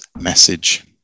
message